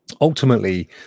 Ultimately